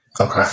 Okay